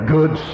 good